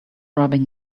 rubbing